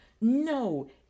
No